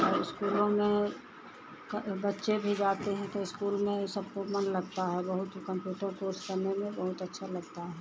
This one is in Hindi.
और इस्कूलों में बच्चे भी जाते हैं तो इस्कूल में सबको मन लगता है बहुत ऊ कंप्यूटर कोर्स करने में बहुत अच्छा लगता है